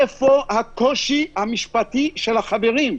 איפה כאן הקושי המשפטי של החברים?